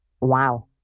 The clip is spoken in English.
Wow